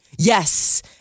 Yes